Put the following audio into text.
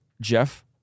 Jeff